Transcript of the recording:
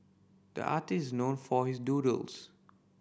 the artist is known for his doodles